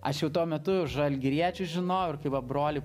aš jau tuo metu jau žalgiriečius žinojau ir kai va brolį